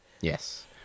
Yes